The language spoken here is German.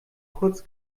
kurz